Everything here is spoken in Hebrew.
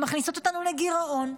שמכניסות אותנו לגירעון.